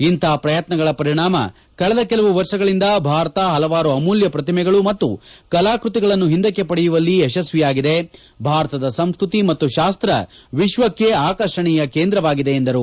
ಇಂತಹ ಪ್ರಯತ್ನಗಳ ಪರಿಣಾಮ ಕಳೆದ ಕೆಲವು ವರ್ಷಗಳಿಂದ ಭಾರತ ಪಲವಾರು ಅಮೂಲ್ಯ ಪ್ರತಿಮೆಗಳು ಮತ್ತು ಕಲಾಕೃತಿಗಳನ್ನು ಹಿಂದಕ್ಕೆ ಪಡೆಯುವಲ್ಲಿ ಯಶಸ್ವಿಯಾಗಿದೆ ಭಾರತದ ಸಂಸ್ಕೃತಿ ಮತ್ತು ಶಾಸ್ತ್ರ ವಿಶ್ವಕ್ಕೆ ಆಕರ್ಷಣೆಯ ಕೇಂದ್ರವಾಗಿದೆ ಎಂದರು